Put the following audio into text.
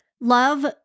Love